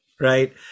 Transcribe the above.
Right